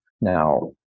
Now